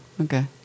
Okay